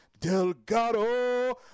Delgado